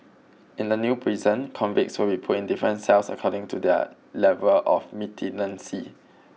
in the new prison convicts will be put in different cells according to their level of militancy